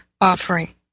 offering